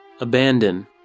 Abandon